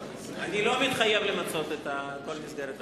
אני לא מתחייב למצות את כל מסגרת הזמן,